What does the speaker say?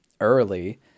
early